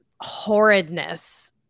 horridness